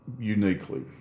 Uniquely